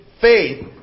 faith